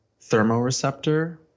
thermoreceptor